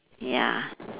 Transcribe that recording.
ya